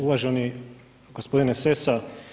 Uvaženi gospodine Sesa.